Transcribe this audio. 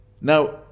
Now